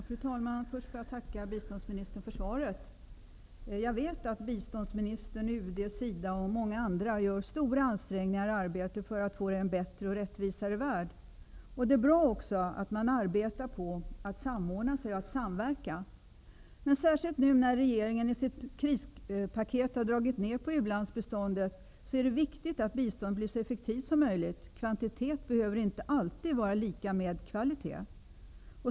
Fru talman! Först vill jag tacka biståndsministern för svaret. Jag vet att biståndsministern, UD, SIDA och många andra gör stora ansträngningar i arbetet för att få en bättre och rättvisare värld. Det är också att bra att man arbetar på att samordna sig och att samverka. Men särskilt nu när regeringen i sitt krispaket har dragit ner på u-landsbiståndet är det viktigt att biståndet blir så effektivt som möjligt; kvantitet behöver inte alltid vara lika med kvalitet.